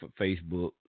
Facebook